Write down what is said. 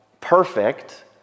perfect